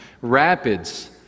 rapids